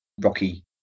rocky